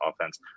offense